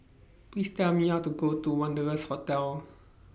Please Tell Me How to Go to Wanderlust Hotel